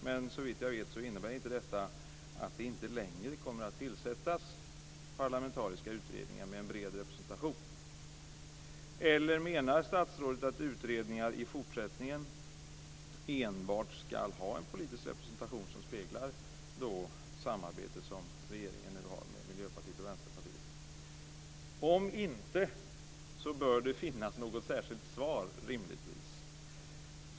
Men såvitt jag vet innebär inte detta att det inte längre kommer att tillsättas parlamentariska utredningar med en bred representation. Eller menar statsrådet att utredningar i fortsättningen enbart ska ha en politisk representation som speglar det samarbete som regeringen nu har med Miljöpartiet och Vänsterpartiet? Om inte så bör det rimligtvis finnas något särskilt svar.